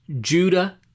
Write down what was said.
Judah